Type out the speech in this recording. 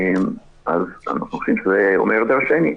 אז אנחנו חושבים שזה אומר דרשני.